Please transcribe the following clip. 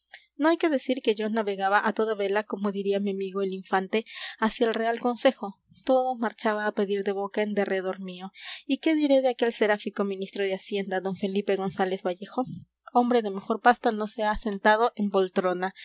no hay que decir que yo navegaba a toda vela como diría mi amigo el infante hacia el real consejo todo marchaba a pedir de boca en derredor mío y qué diré de aquel seráfico ministro de hacienda d felipe gonzález vallejo hombre de mejor pasta no se ha sentado en poltrona